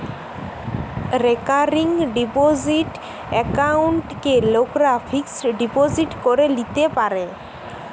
recurring deposit একাউন্টকে লোকরা fixed deposit করে লিতে পারে